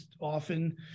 often